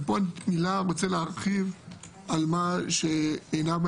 ופה אני רוצה מילה להרחיב על מה שהוא אמר